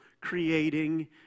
creating